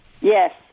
Yes